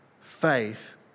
faith